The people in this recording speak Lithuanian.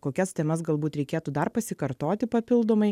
kokias temas galbūt reikėtų dar pasikartoti papildomai